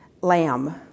lamb